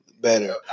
better